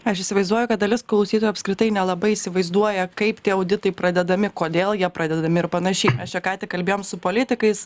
aš įsivaizduoju kad dalis klausytojų apskritai nelabai įsivaizduoja kaip tie auditai pradedami kodėl jie pradedami ir panašiai mes čia ką tik kalbėjom su politikais